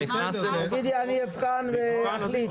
תגידי אני אבחן ואחליט.